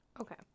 Okay